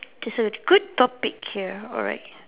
there's a good topic here alright